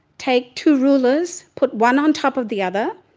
take two rulers. put one on top of the other,